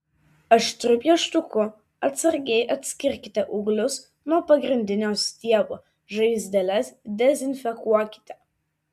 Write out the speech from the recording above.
aštriu pieštuku atsargiai atskirkite ūglius nuo pagrindinio stiebo žaizdeles dezinfekuokite